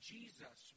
Jesus